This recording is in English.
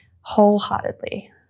wholeheartedly